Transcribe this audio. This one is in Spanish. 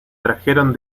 trajeron